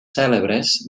cèlebres